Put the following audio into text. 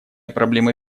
проблемы